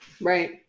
right